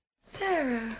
Sarah